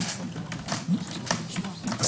בבקשה.